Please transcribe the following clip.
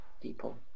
People